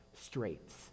straits